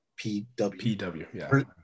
PW